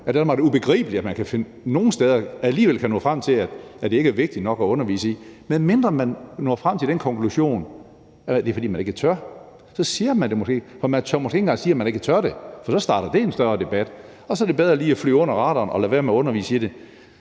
og det er ubegribeligt, at man nogle steder alligevel kan nå frem til, at det ikke er vigtigt nok at undervise i det, medmindre man når frem til den konklusion, at det er, fordi man ikke tør. Så siger man det måske på den måde, for man tør måske ikke engang sige, at man ikke tør det, for så starter det en større debat, og så er det bedre lige at flyve under radaren og lade være med at undervise i det.